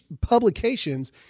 publications